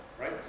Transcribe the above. Right